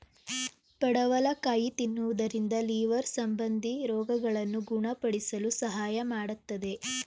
ಪಡವಲಕಾಯಿ ತಿನ್ನುವುದರಿಂದ ಲಿವರ್ ಸಂಬಂಧಿ ರೋಗಗಳನ್ನು ಗುಣಪಡಿಸಲು ಸಹಾಯ ಮಾಡತ್ತದೆ